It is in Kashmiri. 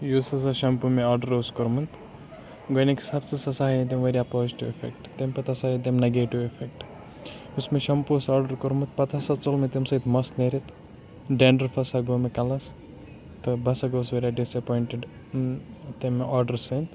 یُس ہَسا شَمپوٗ مےٚ آرڈَر اوس کوٚرمُت گۄڈنِکِس ہَفتَس ہَسا آے تِم واریاہ پازِٹِو اِفیکٹ تمہِ پَتہٕ ہَسا ہٲو تٔمۍ نیٚگیٹِو اِفیٚکٹ یُس مےٚ شَمپوٗ اوس آرڈَر کوٚرمُت پَتہٕ ہَسا ژوٚل مےٚ تمہِ سۭتۍ مَس نیٖرِتھ ڈینٛڈرَف ہَسا گوٚۄ مےٚ کَلَس تہٕ بہٕ ہَسا گوس واریاہ ڈِسایٚپوینٹِڈ تمہِ آرڈرٕ سۭتۍ